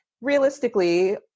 realistically